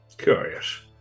Curious